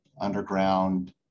underground